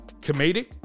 comedic